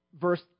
verse